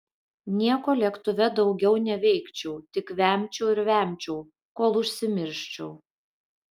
nieko lėktuve daugiau neveikčiau tik vemčiau ir vemčiau kol užsimirščiau